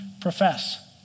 profess